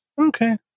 okay